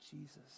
Jesus